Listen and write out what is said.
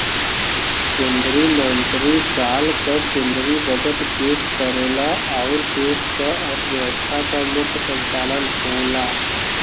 वित्त मंत्री साल क केंद्रीय बजट पेश करेला आउर देश क अर्थव्यवस्था क मुख्य संचालक होला